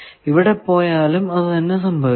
ഇവിടെ പോയാലും അത് തന്നെ സംഭവിക്കും